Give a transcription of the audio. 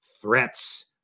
threats